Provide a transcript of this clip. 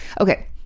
Okay